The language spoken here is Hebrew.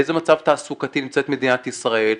באיזה מצב תעסוקתי נמצאת מדינת ישראל,